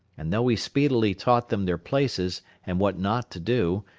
and though he speedily taught them their places and what not to do,